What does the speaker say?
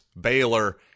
Baylor